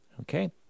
Okay